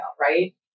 right